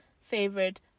favorite